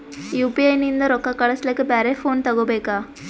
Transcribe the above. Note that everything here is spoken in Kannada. ಯು.ಪಿ.ಐ ನಿಂದ ರೊಕ್ಕ ಕಳಸ್ಲಕ ಬ್ಯಾರೆ ಫೋನ ತೋಗೊಬೇಕ?